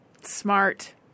Smart